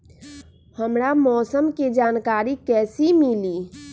हमरा मौसम के जानकारी कैसी मिली?